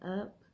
up